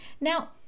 Now